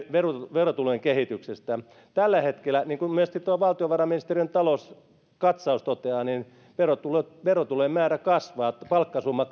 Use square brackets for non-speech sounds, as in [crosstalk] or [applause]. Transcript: verotulojen kehityksestä tällä hetkellä niin kuin myöskin valtiovarainministeriön talouskatsaus toteaa verotulojen määrä kasvaa palkkasumma [unintelligible]